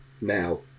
now